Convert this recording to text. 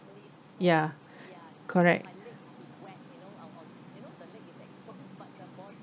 ya correct